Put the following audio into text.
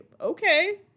okay